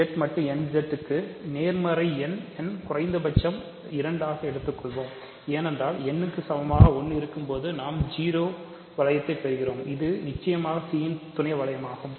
Z மட்டு n Z க்கு நேர்மறை எண் n குறைந்தபட்சம் 2 ஐக் எடுத்துக்கொள்வோம் ஏனென்றால் n க்கு சமமாக 1 இருக்கும்போது நாம் 0 வளையத்தைப் பெறுகிறோம் அது நிச்சயமாக C இன் துணை வளையமாகும்